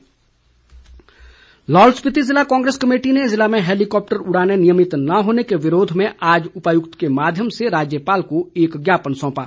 ज्ञापन लाहौल स्पीति जिला कांग्रेस कमेटी ने जिले में हेलिकॉप्टर उड़ाने नियमित न होने के विरोध में आज उपायुक्त के माध्यम से राज्यपाल को एक ज्ञापन सौंपा